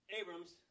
Abram's